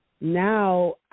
now